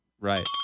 Right